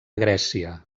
grècia